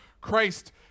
Christ